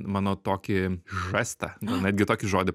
mano tokį žėstą gal netgi tokį žodį